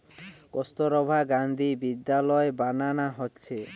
কস্তুরবা গান্ধী বিদ্যালয় বানানা হচ্ছে